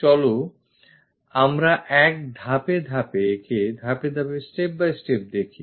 চলো আমরা একে ধাপে ধাপে step by step দেখি